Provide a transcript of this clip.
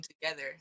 together